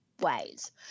ways